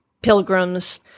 Pilgrims